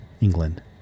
england